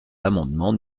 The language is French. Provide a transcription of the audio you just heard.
l’amendement